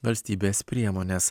valstybės priemones